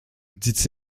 dit